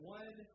one